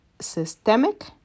systemic